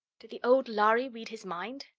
did the old lhari read his mind?